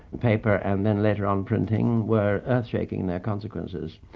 paper and then, later, um printing were earthshaking in their consequences.